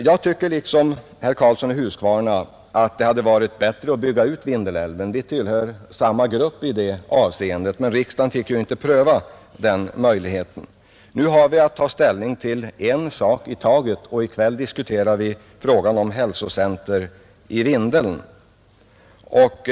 Jag tycker liksom herr Karlsson i Huskvarna att det hade varit bättre att bygga ut Vindelälven — vi tillhör tydligen samma meningsgrupp i det avseendet. Men riksdagen fick inte pröva den möjligheten. Nu har vi att ta ställning till en sak i taget, och i kväll gäller frågan en utredning om hälsocentrum i Vindeln.